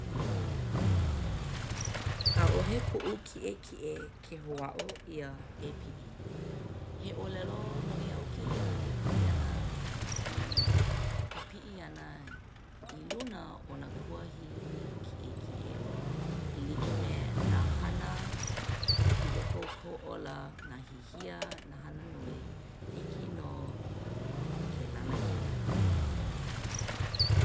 ʻAʻohe puʻu kiʻekiʻe ke hōʻaʻo ʻia e piʻi. He ʻōlelo noʻeau kēia e pili ana i ka piʻi ʻana i luna o nā kuahiwi kiʻekiʻe loa e like me nā hana i loko o kou ola, nā hihia, nā hana nui hiki nō ke lanakila.